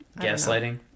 Gaslighting